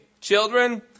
children